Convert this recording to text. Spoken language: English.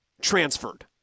transferred